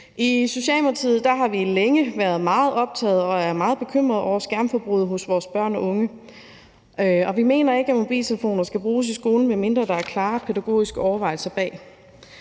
I Socialdemokratiet har vi længe været meget optaget af og er meget bekymret over skærmforbruget hos vores børn og unge, og vi mener ikke, at mobiltelefoner skal bruges i skolen, medmindre der er klare pædagogiske overvejelser bag.